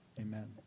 Amen